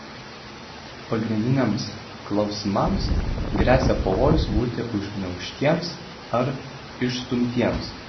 pagrindiniams klausimams gresia pavojus būti užgniaužtiems ar išstumtiems